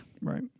Right